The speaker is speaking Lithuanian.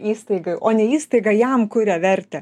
įstaigai o ne įstaiga jam kuria vertę